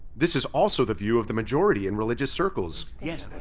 this is also the view of the majority in religious circles. yes.